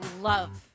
love